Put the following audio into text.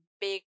big